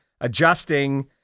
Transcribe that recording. adjusting